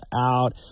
out